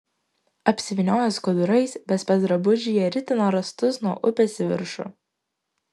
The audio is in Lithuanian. apsivynioję skudurais be specdrabužių jie ritino rąstus nuo upės į viršų